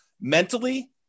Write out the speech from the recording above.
mentally